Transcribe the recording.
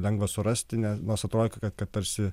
lengva surasti ne nors atrodė ka kad tarsi